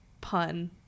pun